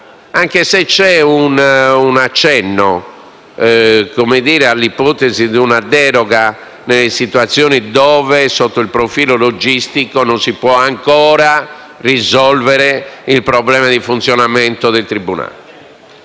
anche se c'è un accenno all'ipotesi di una deroga nelle situazioni in cui, sotto il profilo logistico, non si riesce ancora a risolvere il problema di funzionamento dei tribunali.